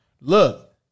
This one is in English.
Look